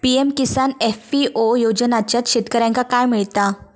PM Kisan FPO योजनाच्यात शेतकऱ्यांका काय मिळता?